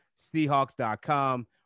seahawks.com